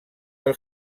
del